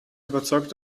überzeugt